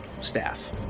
staff